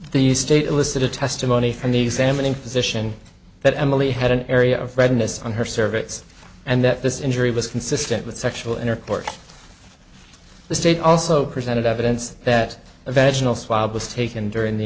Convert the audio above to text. the state listen to testimony from the examining physician that emily had an area of redness on her cervix and that this injury was consistent with sexual intercourse the state also presented evidence that eventually swab was taken during the